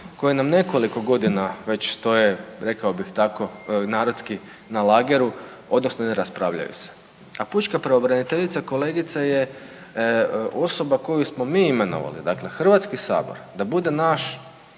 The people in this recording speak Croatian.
koja nam nekoliko godina već stoje rekao bih tako narodski na lageru odnosno ne raspravljaju se. A pučka pravobraniteljica kolegice je osoba koju smo mi imenovali, dakle Hrvatski sabor da bude naš,